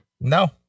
No